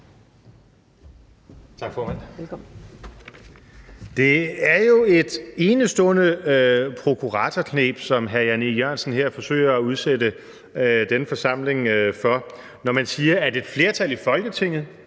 Det er jo et enestående prokuratorkneb, som hr. Jan E. Jørgensen her forsøger at udsætte denne forsamling for, når man siger, at et flertal i Folketinget